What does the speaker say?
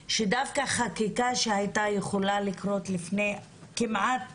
רבות שדווקא חקיקה שהיתה יכולה לקרות לפני כמעט